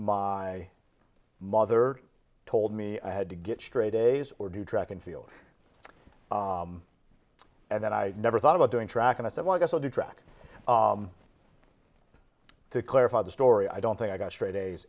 my mother told me i had to get straight a's or do track and field and i never thought about doing track and i said well i guess i'll do track to clarify the story i don't think i got straight